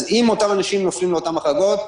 אם אותם אנשים נופלים לאותן החרגות,